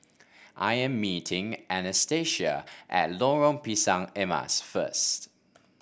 I am meeting Anastacia at Lorong Pisang Emas first